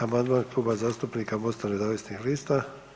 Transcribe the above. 65 amandman Kluba zastupnika Mosta nezavisnih lista.